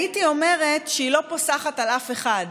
הייתי אומרת שהיא לא פוסחת על אף אחד,